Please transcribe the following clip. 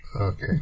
Okay